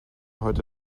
heute